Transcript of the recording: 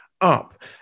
up